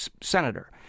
senator